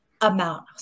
amount